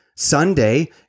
Sunday